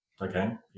again